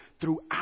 throughout